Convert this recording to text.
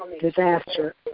disaster